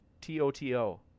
T-O-T-O